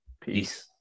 Peace